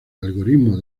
algoritmo